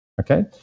okay